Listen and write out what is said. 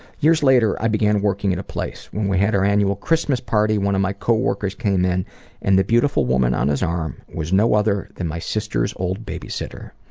years later i began working at a place. when we had our annual christmas party one of my co-workers came in and the beautiful woman on his arm was no other than my sisters' old babysitter.